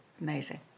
Amazing